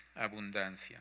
abundancia